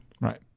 Right